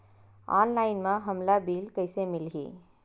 Online म हमला bill कइसे मिलही?